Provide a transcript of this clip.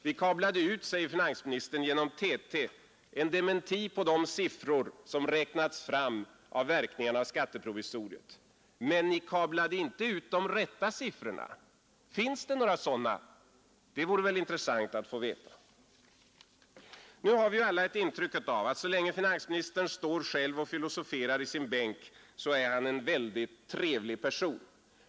Vi kablade ut, säger finansministern, genom TT en dementi på de siffror som räknats fram om verkningarna av skatteprovisoriet. Men Ni kablade inte ut de rätta siffrorna. Finns det några sådana? Det vore intressant att få veta. Nu har vi alla ett intryck av att finansministern, så länge han står själv och filosoferar i sin bänk, är en väldigt trevlig person.